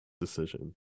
decision